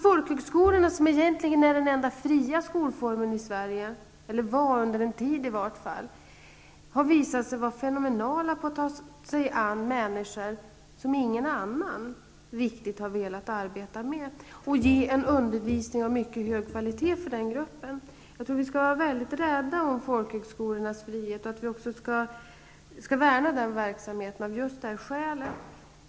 Folkhögskolorna var i varje fall under en tid den enda fria skolformen i Sverige, och de har visat sig vara fenomenala på att ta sig an människor som ingen annan riktigt har velat arbeta med och ge en undervisning av mycket hög kvalitet för den gruppen. Jag tror vi bör vara mycket rädda om folkhögskolornas frihet, och av just det skälet bör vi värna den verksamheten.